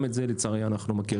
גם את זה לצערי אנחנו מכירים.